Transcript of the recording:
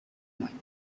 mine